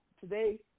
today